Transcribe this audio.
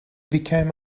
became